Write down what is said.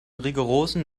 rigorosen